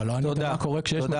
טוב.